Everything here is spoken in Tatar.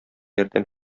ярдәм